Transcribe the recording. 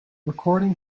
recording